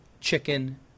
chicken